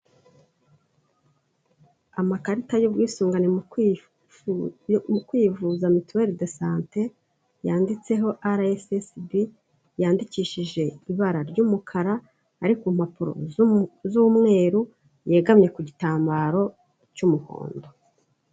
Amakarita y'ubwisungane mu kwivuza, mituweri de sante, yanditseho RSSB, yandikishije ibara ry'umukara, ari ku mpapuro z'umweru, yegamye ku gitambaro cy'umuhondo.